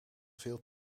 veel